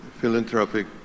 philanthropic